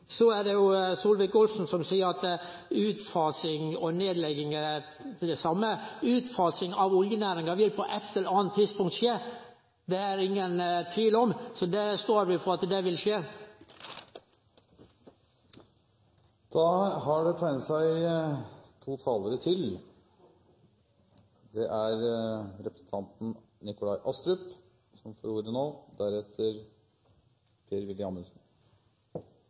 Så er det Solvik-Olsen som seier at utfasing og nedlegging er det same. Utfasing av oljenæringa vil på eit eller anna tidspunkt skje. Det er det ingen tvil om, så at det vil skje, står vi på. Når man lytter til denne debatten, kan man få inntrykk av at det er